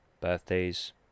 birthdays